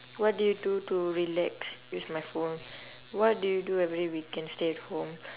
what do you do to relax use my phone what do you do every weekend stay at home